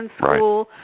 school